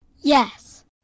Yes